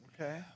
Okay